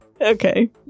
Okay